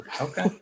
okay